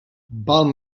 val